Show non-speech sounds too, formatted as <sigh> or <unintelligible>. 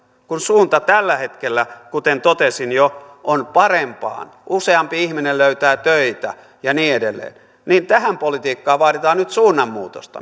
kun suunta tällä hetkellä kuten totesin jo on parempaan useampi ihminen löytää töitä ja niin edelleen ja tähän politiikkaan vaaditaan nyt suunnanmuutosta <unintelligible>